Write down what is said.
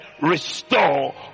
restore